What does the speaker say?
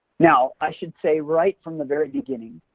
now, i should say right from the very beginning,